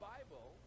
Bible